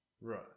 right